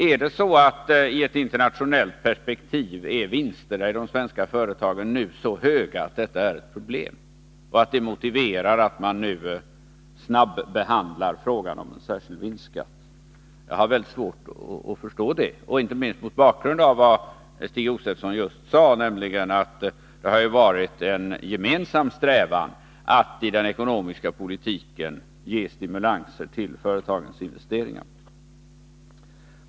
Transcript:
Är vinsterna i de svenska företagen, i ett internationellt perspektiv, nu så höga att det är ett problem och att det motiverar att vi nu snabbehandlar frågan om särskild vinstskatt? Jag har mycket svårt att förstå det, inte minst mot bakgrund av vad Stig Josefson sade, nämligen att det har varit en gemensam strävan att genom den ekonomiska politiken ge stimulanser till företagens investeringar.